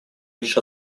лишь